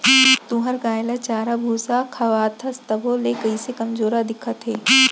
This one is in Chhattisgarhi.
तुंहर गाय ल चारा भूसा खवाथस तभो ले कइसे कमजोरहा दिखत हे?